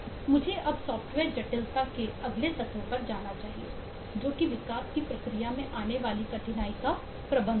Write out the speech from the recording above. मुझे अब सॉफ्टवेयर जटिलता के अगले तत्व पर जाना चाहिए जो कि विकास की प्रक्रिया में आने वाली कठिनाई का प्रबंधन है